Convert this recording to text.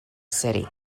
city